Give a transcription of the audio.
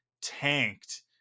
tanked